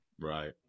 Right